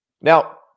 Now